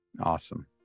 Awesome